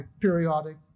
periodic